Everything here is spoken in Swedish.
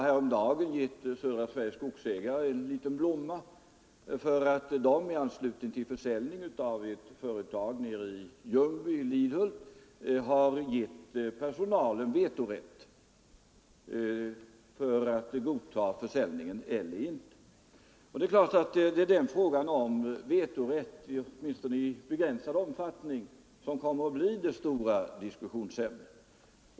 Häromdagen gav jag Södra Sveriges skogsägareförening en liten blomma för att man i anslutning till försäljning av ett företag i Ljungby, Lidhult, hade gett personalen vetorätt, dvs. rätt att godta eller icke godta försäljningen. Det är naturligtvis frågan om vetorätt åtminstone i begränsad omfattning, som kommer att bli det stora diskussionsämnet.